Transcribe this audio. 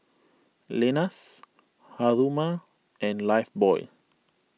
Lenas Haruma and Lifebuoy